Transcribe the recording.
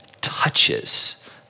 touches